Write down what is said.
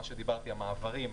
מה שדיברתי על המעברים,